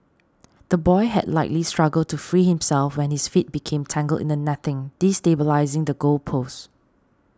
the boy had likely struggled to free himself when his feet became tangled in the netting destabilising the goal post